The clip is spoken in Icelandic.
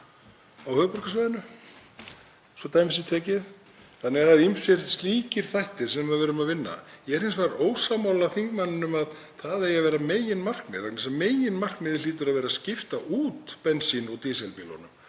á höfuðborgarsvæðinu, svo dæmi sé tekið. Þannig að það eru ýmsir slíkir þættir sem við verðum að vinna að. Ég er hins vegar ósammála þingmanninum um að það eigi að vera meginmarkmið vegna þess að meginmarkmiðið hlýtur að vera að skipta út bensín- og dísilbílunum.